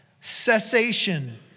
Cessation